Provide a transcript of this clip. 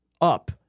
up